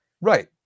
right